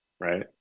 right